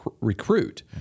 recruit